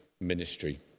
ministry